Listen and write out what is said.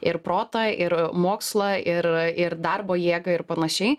ir protą ir mokslą ir ir darbo jėgą ir panašiai